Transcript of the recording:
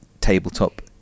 tabletop